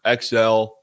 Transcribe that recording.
XL